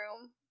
room